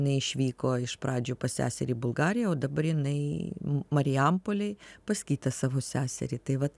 jinai išvyko iš pradžių pas seserį į bulgariją o dabar jinai marijampolėj pas kitą savo seserį tai vat